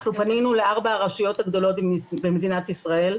אנחנו פנינו לארבע הרשויות הגדולות במדינת ישראל,